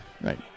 right